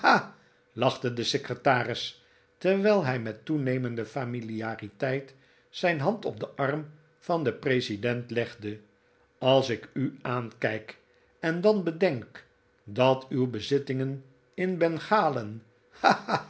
lachte de secretaris terwijl hij met toenemende familiariteit zijn hand op den arm van den president legde als ik u aankijk en dan bedenk dat uw bezittingen in bengalen